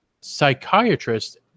psychiatrist